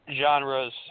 genres